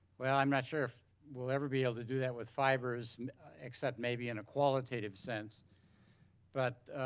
well, i'm not sure we'll ever be able to do that with fibers except maybe in a qualitative sense but